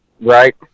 Right